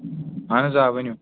اَہن حظ آ ؤنِو